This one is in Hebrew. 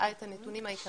שמראה את הנתונים העיקריים.